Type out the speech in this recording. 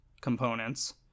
components